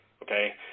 Okay